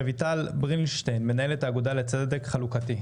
רויטל ברילנשטיין, מנהל האגודה לצדק חברתי.